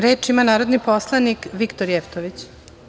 Reč ima narodni poslanik, Viktor Jevtović.